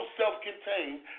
self-contained